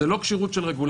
זה לא כשירות של רגולציה,